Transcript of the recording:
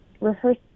rehearse